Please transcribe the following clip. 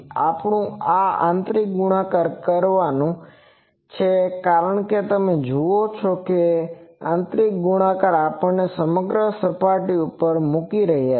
આપણું કામ આ આંતરીક ગુણાકારના કરવાનું છે કારણ કે તમે જુઓ છો કે આંતરિક ગુણાકાર આપણે સમગ્ર સપાટી ઉપર મૂકી રહ્યા છીએ